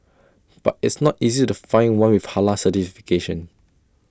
but it's not easy to find one with Halal certification